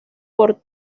por